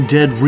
Dead